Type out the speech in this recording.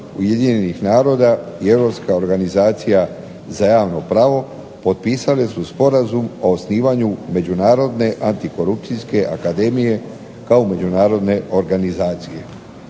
članica UN-a i Europska organizacija za javno pravo potpisale su Sporazum o osnivanju Međunarodne antikorupcijske akademije kao međunarodne organizacije.